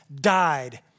died